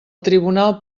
tribunal